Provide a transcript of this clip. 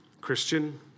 Christian